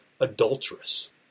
adulterous